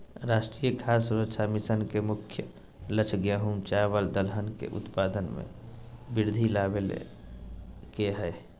राष्ट्रीय खाद्य सुरक्षा मिशन के मुख्य लक्ष्य गेंहू, चावल दलहन के उत्पाद में वृद्धि लाबे के हइ